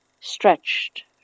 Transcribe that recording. stretched